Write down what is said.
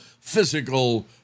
physical